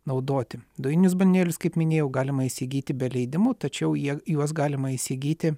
naudoti dujinius balionėlius kaip minėjau galima įsigyti be leidimų tačiau jie juos galima įsigyti